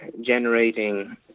generating